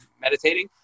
meditating